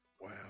Wow